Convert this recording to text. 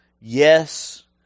Yes